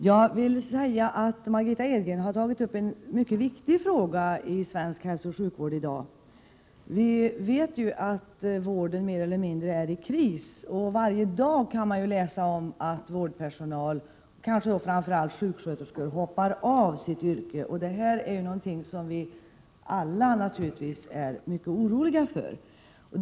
Herr talman! Margitta Edgren har tagit upp en mycket viktig fråga inom svensk hälsooch sjukvård i dag. Vi vet ju att vården mer eller mindre är i kris. Varje dag kan man läsa om att vårdpersonal, kanske framför allt sjuksköterskor, hoppar av sitt yrke. Detta är något som vi alla är mycket oroliga över.